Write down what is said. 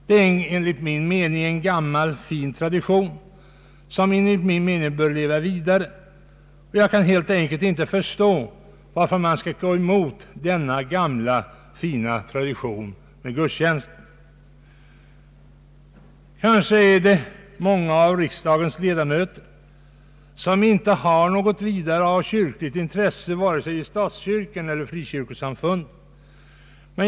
Det är enligt min mening en gammal fin tradition som bör leva vi dare. Jag kan helt enkelt inte förstå varför man skall gå emot denna gamla fina tradition med gudstjänst vid riksdagsöppnandet. Kanske är det många av riksdagens ledamöter som inte har så stora kyrkliga intressen vare sig i statskyrkan eller i frikyrkosamfunden.